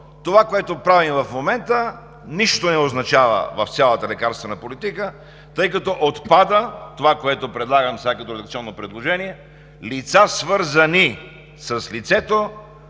Това, което правим в момента, не означава нищо в цялата лекарствена политика, тъй като отпада това, което предлагам сега като редакционно предложение: „лица, свързани с лицето